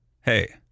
hey